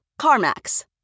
CarMax